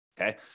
okay